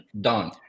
done